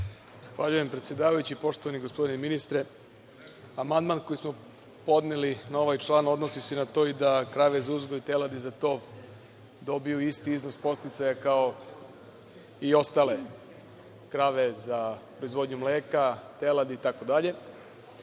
Zahvaljujem, predsedavajući. Poštovani gospodine ministre, amandman koji smo podneli na ovaj član odnosi se i na to da krave za uzgoj teladi za tov dobiju isti iznos podsticaja, kao i ostale krave za proizvodnju mleka, teladi,